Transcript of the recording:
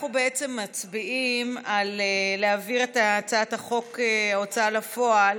אנחנו מצביעים על העברת הצעת חוק ההוצאה לפועל